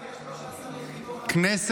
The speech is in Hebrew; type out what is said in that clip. השר קרעי,